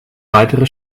weitere